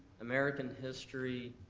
american history,